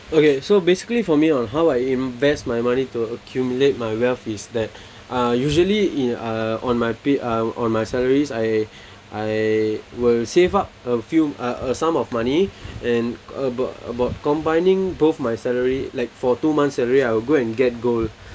okay so basically for me on how I invest my money to accumulate my wealth is that uh usually in a on my pa~ uh on my salaries I I will save up a few uh a sum of money and about about combining both my salary like for two months salary I will go and get gold